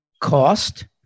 cost